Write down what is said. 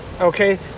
okay